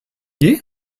ier